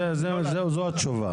זאת התשובה.